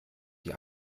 die